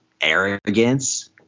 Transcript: arrogance